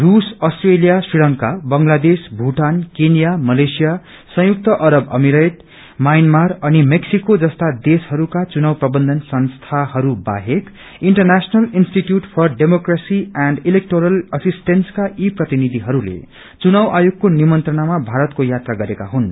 रूस अस्ट्रेलिया श्री लंका बंगलादेश पूआन Kenya Malaysia संयुक्त अरब अमीरत म्यामार अनि मैक्सिको जसता देशहरूका चुनाव प्रवन्यन संसीहरू बाहेक International Institute for Democracy and Electoral Assistance का यी प्रतिनियिहरूले चुनाव आयोगको निमंत्रणामा भारताके यात्रा गरेका हुन्